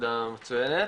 נקודה מצוינת.